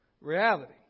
Reality